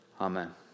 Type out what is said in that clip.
Amen